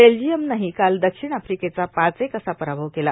बेल्जियमनंहां काल दक्षिण आफ्रिकेचा पाच एक असा पराभव केला